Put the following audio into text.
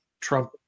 Trump